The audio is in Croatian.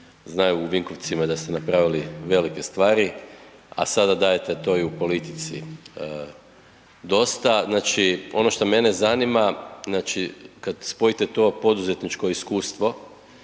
znaju u Vinkovcima da ste napravili velike stvari a sada dajete to i u politici dosta. Znači ono što mene zanima znači kad spojite to poduzetničko iskustvo